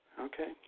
Okay